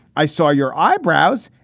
i saw your eyebrows.